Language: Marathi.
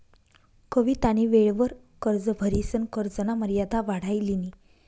कवितानी वेळवर कर्ज भरिसन कर्जना मर्यादा वाढाई लिनी